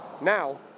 Now